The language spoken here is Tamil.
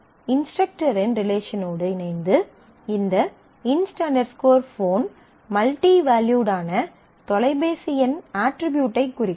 இன்ஸ்டரக்டரின் ரிலேஷனோடு இணைந்து இந்த inst phone inst phone multi வேல்யூட்டான தொலைபேசி எண் அட்ரிபியூட்டைக் குறிக்கும்